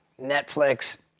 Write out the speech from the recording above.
Netflix